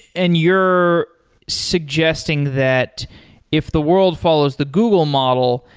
and you're suggesting that if the world follows the google model.